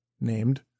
named